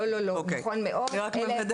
לא, לא, לא, נכון מאוד, זה החזון.